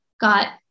got